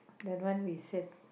that one we said